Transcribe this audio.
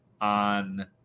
on